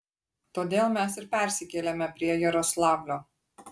todėl mes ir persikėlėme prie jaroslavlio